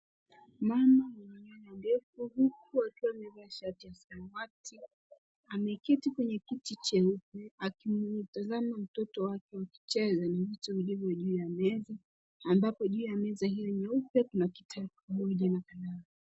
Mama mwenye nywele ndefu huku akiwa amevaa shati ya samawati, ameketi kwenye kiti cheupe akimtazama mtoto wake wakicheza na vitu vilivyo juu ya meza, ambapo juu ya meza hio nyeupe kuna kitabu moja.